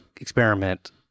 experiment